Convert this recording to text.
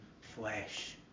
flesh